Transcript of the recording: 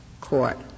court